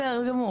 בסדר גמור.